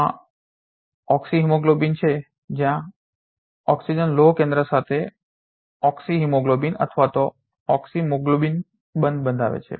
ત્યાં ઓક્સીમહોગ્લોબિન છે જ્યાં પ્રાણવાયુ લોહ કેન્દ્ર સાથે ઓક્સિહેમોગ્લોબિન અથવા ઓક્સિમોગ્લોબિન બંધ બનાવે છે